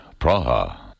Praha